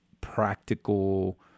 practical